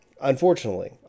unfortunately